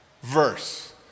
verse